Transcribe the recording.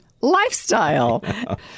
lifestyle